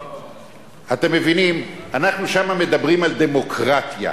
אתם מבינים, שם אנחנו מדברים על דמוקרטיה.